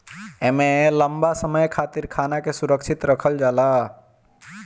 एमे लंबा समय खातिर खाना के सुरक्षित रखल जाला